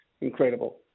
incredible